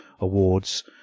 Awards